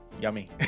yummy